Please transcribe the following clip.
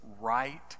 right